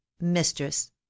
mistress